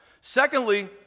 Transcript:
Secondly